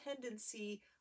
tendency